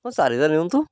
ହଁ ଚାରିହଜାର ନିଅନ୍ତୁ